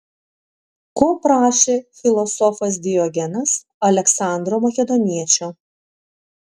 ko prašė filosofas diogenas aleksandro makedoniečio